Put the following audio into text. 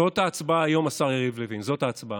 זאת ההצבעה היום, השר יריב לוין, זאת ההצבעה.